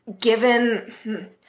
given